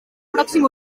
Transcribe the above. pròxim